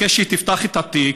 הוא מבקש שהיא תפתח את התיק.